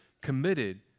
committed